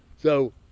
so,